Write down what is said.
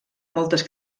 moltes